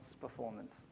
performance